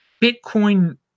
Bitcoin